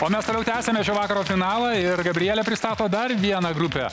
o mes toliau tęsiame šio vakaro finalą ir gabrielė pristato dar vieną grupę